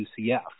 UCF